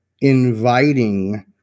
inviting